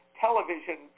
television